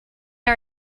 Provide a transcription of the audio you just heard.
our